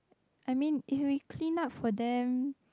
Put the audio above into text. I mean if we clean up for them